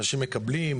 אנשים מקבלים.